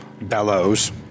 bellows